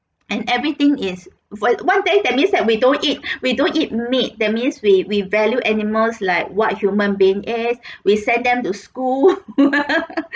and everything is one one day that means that we don't eat we don't eat meat that means we we value animals like what human being is we send them to school